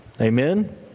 Amen